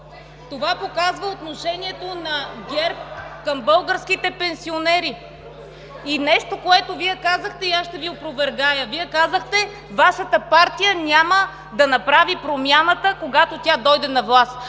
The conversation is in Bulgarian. Това показва отношението на ГЕРБ към българските пенсионери. Нещо, което Вие казахте, и аз ще Ви опровергая. Вие казахте: „Вашата партия няма да направи промяната, когато дойде на власт.“